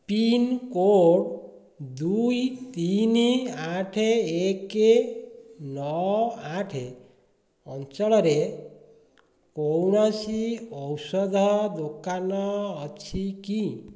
pincode ଦୁଇ ତିନି ଆଠ ଏକ ନଅ ଆଠ ଅଞ୍ଚଳରେ କୌଣସି ଔଷଧ ଦୋକାନ ଅଛି କି